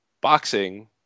boxing